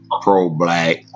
pro-black